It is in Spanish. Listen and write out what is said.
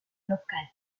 local